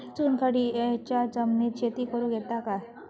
चुनखडीयेच्या जमिनीत शेती करुक येता काय?